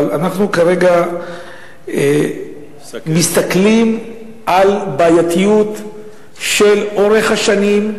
אבל אנחנו כרגע מסתכלים על הבעייתיות לאורך השנים.